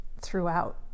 throughout